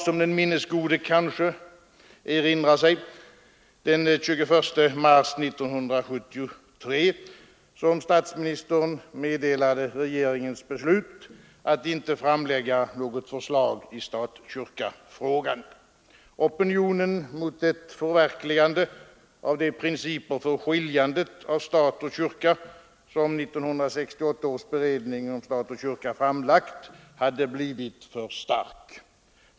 Som den minnesgode kanske erinrar sig var det den 21 mars 1973 som statsministern meddelade regeringens beslut att inte framlägga något förslag i stat—kyrka-frågan. Opinionen mot ett förverkligande av de principer för skiljandet av stat och kyrka, som 1968 års beredning om stat och kyrka framlagt, hade blivit för stark.